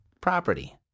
property